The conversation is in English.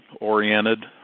oriented